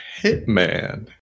hitman